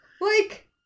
Like-